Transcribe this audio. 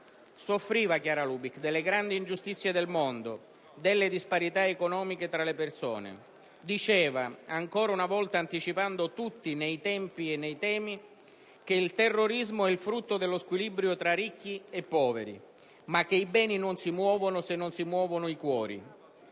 Soffriva, Chiara Lubich, delle grandi ingiustizie del mondo, delle disparità economiche tra le persone. Diceva, ancora una volta anticipando tutti nei tempi e nei temi, che "il terrorismo è frutto dello squilibrio tra ricchi e poveri", ma che «i beni non si muovono se non si muovono i cuori».